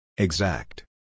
Exact